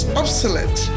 obsolete